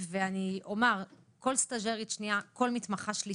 אני אגיד גם שמי שנמצא בתוך ההליכים האלה